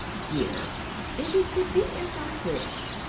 dear if it could be as i wish!